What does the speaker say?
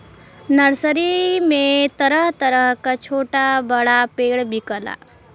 nursery में तरह तरह क छोटा बड़ा पेड़ बिकला